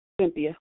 Cynthia